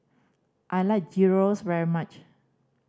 I like Gyros very much